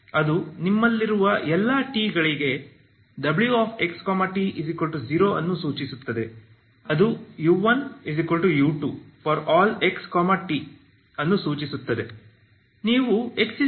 ಅದು ನಿಮ್ಮಲ್ಲಿರುವ ಎಲ್ಲ t ಗಳಿಗೆ w x t 0 ಅನ್ನು ಸೂಚಿಸುತ್ತದೆ ಅದು u 1 u 2 ∀ x t ಅನ್ನು ಸೂಚಿಸುತ್ತದೆ